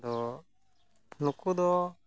ᱟᱫᱚ ᱱᱩᱠᱩᱫᱚ